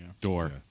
Door